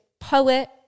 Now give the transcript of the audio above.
Poet